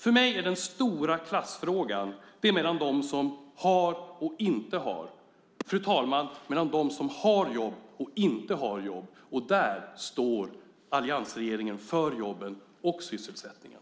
För mig handlar den stora klassfrågan om dem som har och dem som inte har, om dem som har jobb och dem som inte har jobb. Där står alliansregeringen för jobben och sysselsättningen.